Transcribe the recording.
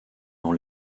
dans